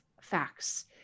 facts